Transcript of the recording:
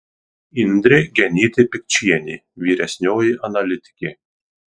indrė genytė pikčienė vyresnioji analitikė